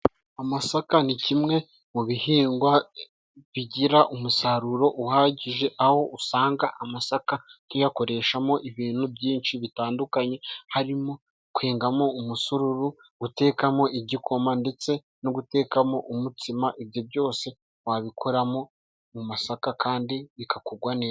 Amasaka ni kimwe mu bihingwa bigira umusaruro uhagije, aho usanga amasaka tuyakoreshamo ibintu byinshi bitandukanye, harimo kwengamo umusururu, gutekamo igikoma ndetse no gutekamo umutsima. Ibyo byose wabikoramo mu masaka kandi bikakugwa neza.